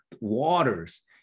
waters